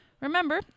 Remember